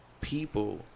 people